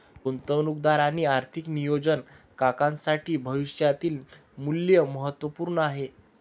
गुंतवणूकदार आणि आर्थिक नियोजन काकांसाठी भविष्यातील मूल्य महत्त्वपूर्ण आहे